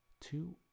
two